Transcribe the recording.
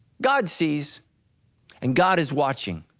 god sees and god is watching.